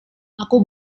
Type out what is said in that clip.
aku